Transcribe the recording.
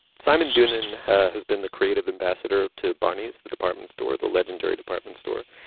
simon doonan has has been the creative ambassador to barneys the department store the legendary department store.